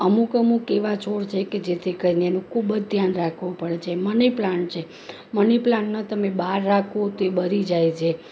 અમુક અમુક એવા છોડ છે કે જેથી કરીને એને ખૂબ જ ધ્યાન રાખવું પડે છે મની પ્લાન્ટ છે મની પ્લાન્ટને તમે બહાર રાખો તો એ બળી જાય છે